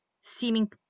seeming